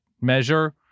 measure